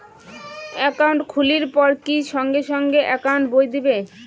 Account খুলির পর কি সঙ্গে সঙ্গে একাউন্ট বই দিবে?